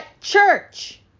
church